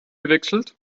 gewechselt